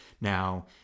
Now